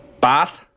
Bath